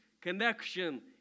connection